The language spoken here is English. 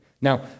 Now